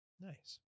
Nice